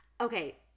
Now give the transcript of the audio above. Okay